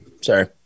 sorry